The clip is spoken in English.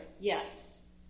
Yes